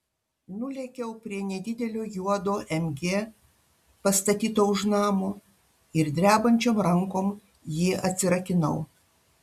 nulėkiau prie nedidelio juodo mg pastatyto už namo ir drebančiom rankom jį atsirakinau